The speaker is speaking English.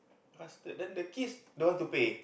bastard then the kids don't want to pay